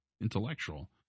intellectual